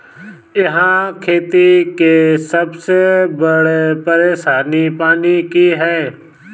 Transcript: इहा खेती के सबसे बड़ परेशानी पानी के हअ